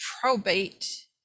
probate